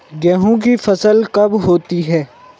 गेहूँ की फसल कब होती है?